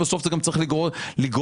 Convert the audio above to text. אבל בסוף צריך לגרום לכך